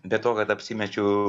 be to kad apsimečiau